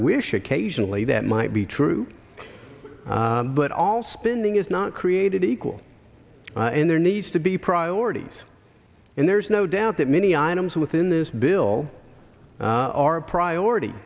wish occasionally that might be true but all spending is not created equal and there needs to be priorities and there's no doubt that many items within this bill are a priority